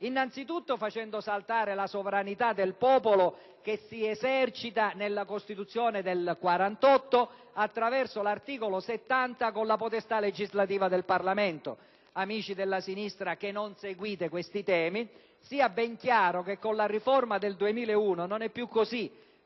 Innanzitutto facendo saltare la sovranità del popolo, che si esercita nella Costituzione del 1948, attraverso l'articolo 70, con la potestà legislativa del Parlamento. Amici della sinistra che non seguite questi temi, sia ben chiaro che con la riforma del 2001 non è più così.